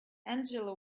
angela